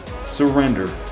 surrender